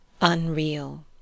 Unreal